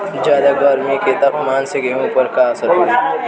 ज्यादा गर्मी के तापमान से गेहूँ पर का असर पड़ी?